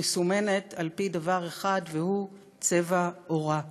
מסומנת על-פי דבר אחד, והוא צבע עורה.